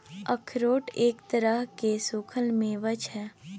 अखरोट एक तरहक सूक्खल मेवा छै